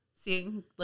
seeing